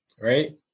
right